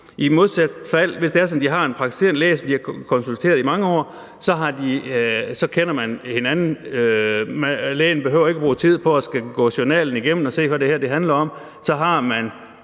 I modsat fald – hvis de har en praktiserende læge, de har konsulteret i mange år – så kender man hinanden. Lægen behøver ikke bruge tid på at gå journalen igennem og se, hvad det her handler om.